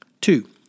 Two